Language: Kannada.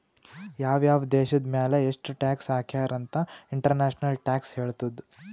ಯಾವ್ ಯಾವ್ ದೇಶದ್ ಮ್ಯಾಲ ಎಷ್ಟ ಟ್ಯಾಕ್ಸ್ ಹಾಕ್ಯಾರ್ ಅಂತ್ ಇಂಟರ್ನ್ಯಾಷನಲ್ ಟ್ಯಾಕ್ಸ್ ಹೇಳ್ತದ್